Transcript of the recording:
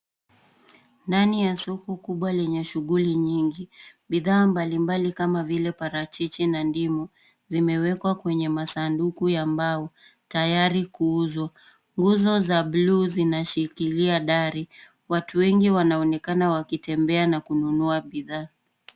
Ndani ya soko kubwa lenye shughuli nyingi. Bidhaa mbalimbali kama vile parachichi na ndimu vimewekwa kwenye masanduku ya mbao tayari kuuzwa. Nguzo za bluu zinashikilia dari. Watu wengi wanaonekana wakitembea na kununua bidhaa.